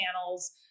channels